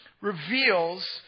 reveals